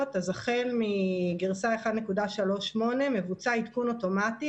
אז החל מגרסה 1.38 מבוצע עדכון אוטומטי,